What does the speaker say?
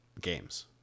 games